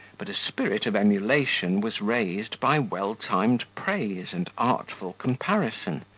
but a spirit of emulation was raised by well-timed praise and artful comparison,